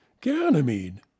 Ganymede